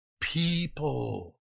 people